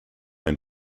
and